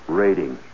rating